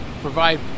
provide